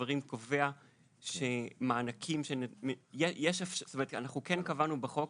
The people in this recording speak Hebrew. אנחנו כן קבענו בחוק